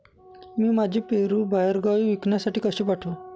मी माझे पेरू बाहेरगावी विकण्यासाठी कसे पाठवू?